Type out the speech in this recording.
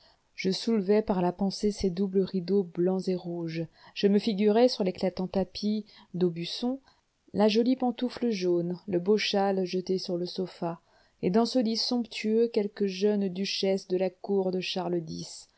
je soulevais par la pensée ses doubles rideaux blancs et rouges je me figurais sur l'éclatant tapis d'aubusson la jolie pantoufle jaune le beau châle jeté sur le sofa et dans ce lit somptueux quelque jeune duchesse de la cour de charles x